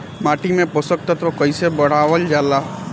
माटी में पोषक तत्व कईसे बढ़ावल जाला ह?